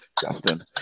Justin